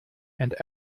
and